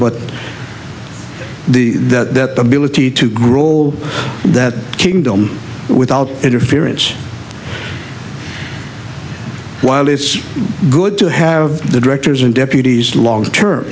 but the that ability to grow that kingdom without interference while it's good to have the directors and deputies long term